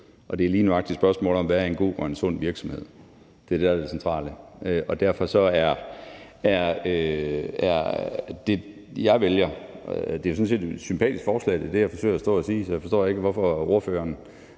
Og det er lige nøjagtig spørgsmålet: Hvad er en god og sund virksomhed? Det er det, der er det centrale, og derfor er det det, jeg vælger at se på. Det er sådan set et sympatisk forslag. Det er det, jeg forsøger at sige, så jeg forstår ikke, hvorfor ordføreren